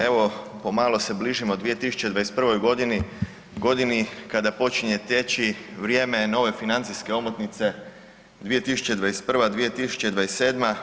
Evo pomalo se bližimo 2021.g. godini kada počinje teći vrijeme nove financijske omotnice 2021.-2027.